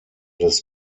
des